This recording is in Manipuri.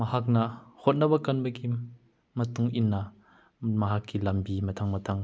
ꯃꯍꯥꯛꯅ ꯍꯣꯠꯅꯕ ꯀꯟꯕꯒꯤ ꯃꯇꯨꯡ ꯏꯟꯅ ꯃꯍꯥꯛꯀꯤ ꯂꯝꯕꯤ ꯃꯊꯪ ꯃꯊꯪ